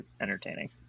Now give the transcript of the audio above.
entertaining